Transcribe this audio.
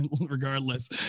regardless